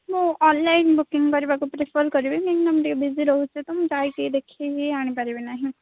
ମୁଁ online booking କରିବାକୁ prefer କରିବି କାହିଁକି ନାଁ ମୁଁ ଟିକେ ବିଜି ରହୁଛି ତ ମୁଁ ଯାଇକି ଦେଖିକି ଆଣି ପାରିବି ନାହିଁ